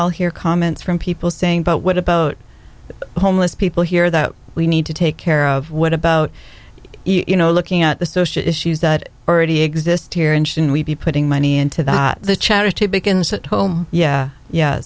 i'll hear comments from people saying but what about homeless people here that we need to take care of what about you know looking at the social issues that already exist here in should we be putting money into that the charity begins at home yeah yeah